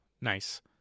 Nice